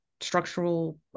structural